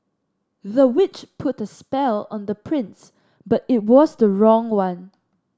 the witch put a spell on the prince but it was the wrong one